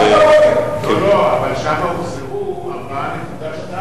לא לא, אבל שם הוחזרו 4.2